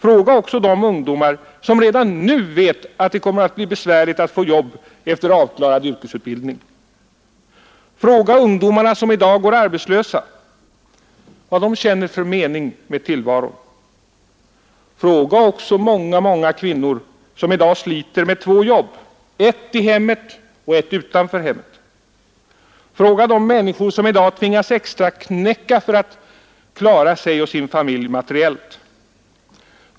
Fråga också de ungdomar som redan nu vet att det kommer att bli besvärligt för dem att få arbete efter avklarad yrkesutbildning. Fråga ungdomarna som i dag går arbetslösa vad de känner för mening med tillvaron. Fråga också många, många kvinnor som i dag sliter med två jobb: ett i hemmet och ett utanför hemmet. Fråga de människor som i dag tvingas att extraknäcka för att kunna klara sig och sin familj materiellt.